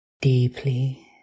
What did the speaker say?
deeply